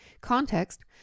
Context